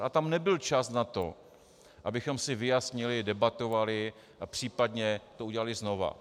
A tam nebyl čas na to, abychom si vyjasnili, debatovali a případně to udělali znovu.